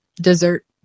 dessert